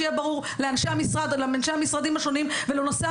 שיהיה ברור לאנשי המשרדים השונים ולנושאי